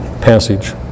passage